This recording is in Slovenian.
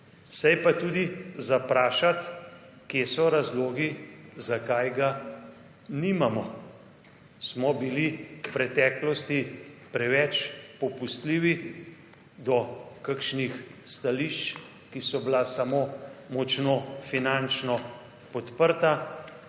Se je pa tudi za vprašati kje so razlogi zakaj ga nimamo. Smo bili v preteklosti preveč popustljivi do kakšnih stališč, ki so bila samo močno finančno podprta,